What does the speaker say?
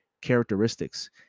characteristics